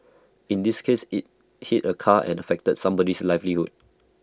in this case IT hit A car and affected somebody's livelihood